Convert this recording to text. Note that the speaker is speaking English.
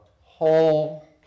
whole